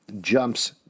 jumps